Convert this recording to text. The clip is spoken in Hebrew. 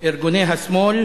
ארגוני השמאל,